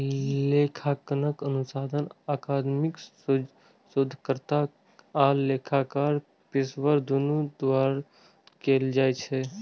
लेखांकन अनुसंधान अकादमिक शोधकर्ता आ लेखाकार पेशेवर, दुनू द्वारा कैल जाइ छै